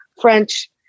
French